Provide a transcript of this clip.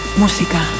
música